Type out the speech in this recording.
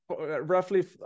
roughly